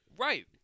Right